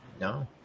No